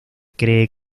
cree